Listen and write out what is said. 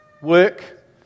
work